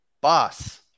Boss